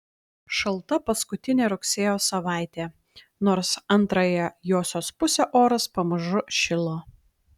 šalta paskutinė rugsėjo savaitė nors antrąją josios pusę oras pamažu šilo